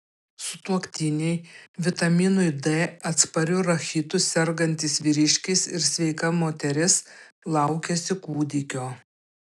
sutuoktiniai vitaminui d atspariu rachitu sergantis vyriškis ir sveika moteris laukiasi kūdikio